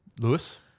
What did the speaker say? Lewis